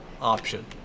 option